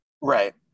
Right